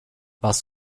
warst